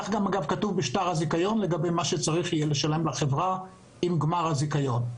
כך כתוב בשטר הזיכיון לגבי מה שצריך לשלם לחברה עם גמר הזיכיון.